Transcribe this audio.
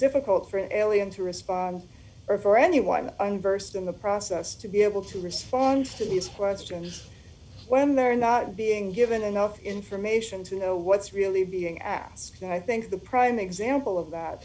difficult for ellie and to respond or for anyone and versed in the process to be able to respond to these questions when they're not being given enough information to know what's really being asked and i think the prime example of that